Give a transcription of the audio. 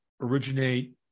originate